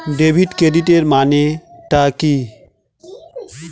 Debit ক্রেডিটের মানে টা কি?